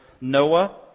Noah